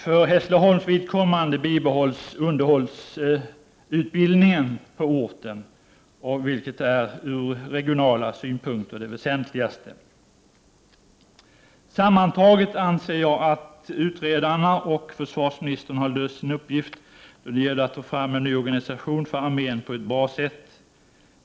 För Hässleholms vidkommande bibehålls underhållsutbildningen på orten, vilket ur regionala synpunkter är det väsentligaste. Sammantaget anser jag att utredarna och försvarsministern på ett bra sätt har löst sin uppgift då det gäller att ta fram en ny grundorganisation för armén.